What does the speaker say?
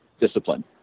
discipline